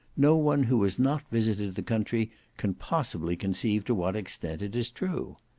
no one who has not visited the country can possibly conceive to what extent it is true.